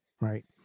Right